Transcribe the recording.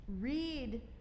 read